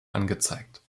angezeigt